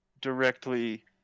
directly